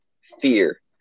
fear